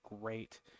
great